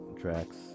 tracks